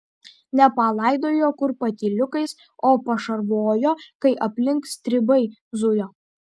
ne palaidojo kur patyliukais o pašarvojo kai aplink stribai zujo